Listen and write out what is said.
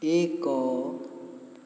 ଏକ